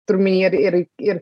turiu omeny ir ir ir